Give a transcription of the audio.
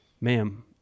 ma'am